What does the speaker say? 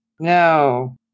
No